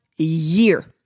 Year